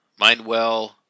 MindWell